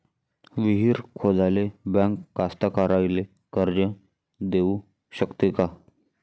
विहीर खोदाले बँक कास्तकाराइले कर्ज देऊ शकते का?